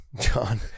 John